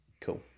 Cool